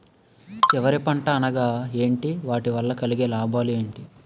చివరి పంట అనగా ఏంటి వాటి వల్ల కలిగే లాభాలు ఏంటి